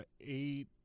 Eight